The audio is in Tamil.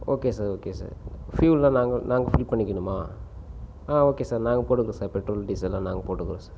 ஓகே சார் ஓகே சார் ஃபியூல்லாம் நாங்கள் நாங்கள் ஃபில் பண்ணிக்கணுமா ஆ ஓகே சார் நாங்கள் போட்டுக்குறோம் சார் பெட்ரோல் டீசல்லாம் நாங்கள் போட்டுக்குறோம் சார்